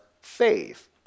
faith